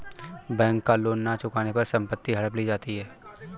bank का loan न चुकाने पर संपत्ति हड़प ली जाती है